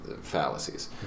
fallacies